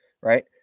right